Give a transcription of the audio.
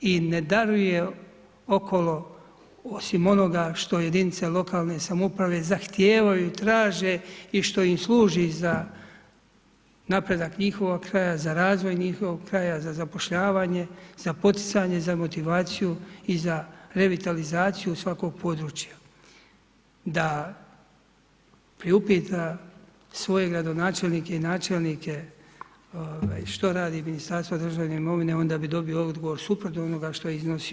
I ne daruje oko osim onoga što jedinice lokalne samouprave zahtijevaju i traže i što im služi za napredak njihovog kraja, za razvoj njihovog kraja, za zapošljavanje, za poticanje, za motivaciju i za revitalizaciju svakog područja, da priupita svoje gradonačelnike i načelnike što radi Ministarstvo državne imovine, onda bi dobio odgovor, suprotno onoga što iznosi ovdje.